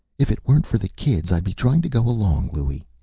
if it weren't for the kids, i'd be trying to go along, louie,